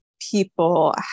people